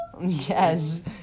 Yes